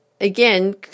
again